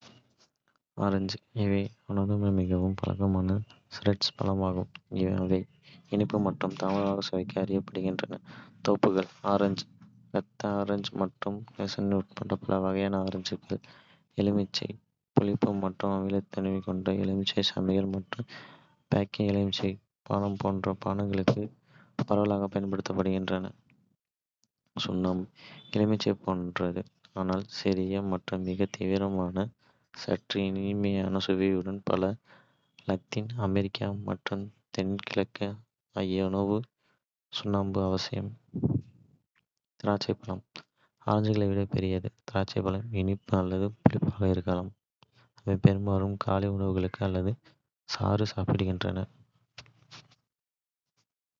ஆரஞ்சு இவை அநேகமாக மிகவும் பழக்கமான சிட்ரஸ் பழமாகும், அவை இனிப்பு மற்றும் தாகமாக சுவைக்காக அறியப்படுகின்றன. தொப்புள் ஆரஞ்சு, இரத்த ஆரஞ்சு மற்றும் டேன்ஜரைன்கள் உட்பட பல வகையான ஆரஞ்சுகள் உள்ளன. எலுமிச்சை புளிப்பு மற்றும் அமிலத்தன்மை கொண்ட, எலுமிச்சை சமையல் மற்றும் பேக்கிங்கிற்கும், எலுமிச்சை பானம் போன்ற பானங்களுக்கும் பரவலாகப் பயன்படுத்தப்படுகிறது. சுண்ணாம்பு எலுமிச்சையைப் போன்றது ஆனால் சிறியது மற்றும் மிகவும் தீவிரமான, சற்று இனிமையான சுவையுடன். பல லத்தீன் அமெரிக்க மற்றும் தென்கிழக்கு ஆசிய உணவுகளுக்கு சுண்ணாம்பு அவசியம். திராட்சைப்பழம் ஆரஞ்சுகளை விட பெரியது, திராட்சைப்பழம் இனிப்பு அல்லது புளிப்பாக இருக்கலாம். அவை பெரும்பாலும் காலை உணவுக்கு அல்லது சாறு சாப்பிடப்படுகின்றன.